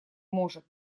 может